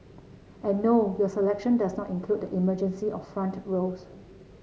and no your selection does not include the emergency or front rows